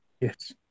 Yes